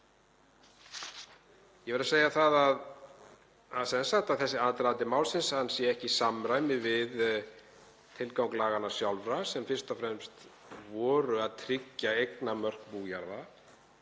Ég verð að segja að þessi aðdragandi málsins er ekki í samræmi við tilgang laganna sjálfra sem fyrst og fremst var að tryggja eignamörk bújarða